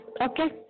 Okay